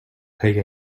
pay